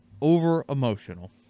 over-emotional